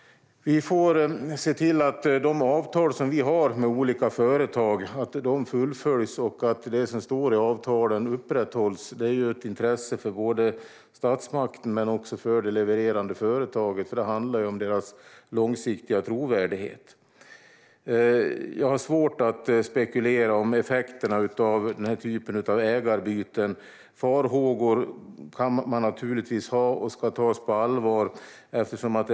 Vi får se till att de avtal som vi har med olika företag fullföljs och att det som står i avtalen upprätthålls. Det är av intresse för statsmakten men också för de levererande företagen, för det handlar om deras långsiktiga trovärdighet. Jag har svårt att spekulera om effekterna av denna typ av ägarbyten. Farhågor kan man naturligtvis ha, och de ska tas på allvar.